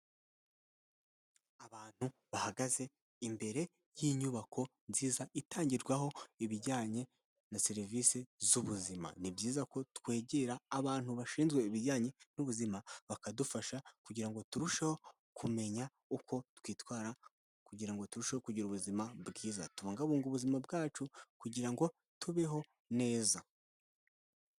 Abantu bahagaze imbere y'inyubako nziza itangirwaho ibijyanye na serivisi z'ubuzima, ni byiza ko twegera abantu bashinzwe ibijyanye n'ubuzima bakadufasha kugirango turusheho kumenya uko twitwara kugirango turusheho kugira ubuzima bwiza, tubungabunge ubuzima bwacu kugirango tubeho neza.